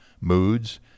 moods